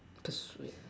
persuade